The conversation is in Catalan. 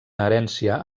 herència